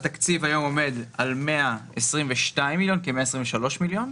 התקציב היום עומד על 122 מיליון, כ-123 מיליון,